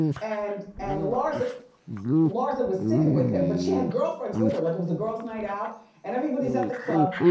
and and larsa larsa was sitting with him, but she had girlfriends with her like it was a girls night out and everybody's at the club.